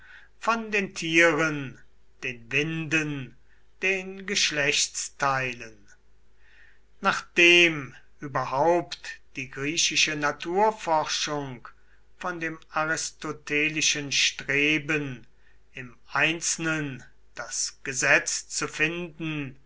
von den tieren den winden den geschlechtsteilen nachdem überhaupt die griechische naturforschung von dem aristotelischen streben im einzelnen das gesetz zu finden